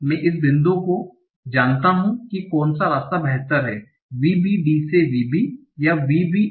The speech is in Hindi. मैं इस बिंदु को जानता हूं कि कौन सा रास्ता बेहतर है VBD से VB या VB NT या VB है